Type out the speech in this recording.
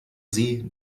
sie